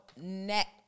next